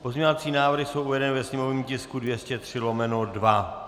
Pozměňovací návrhy jsou uvedeny ve sněmovním tisku 203/2.